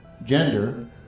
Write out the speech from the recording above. Gender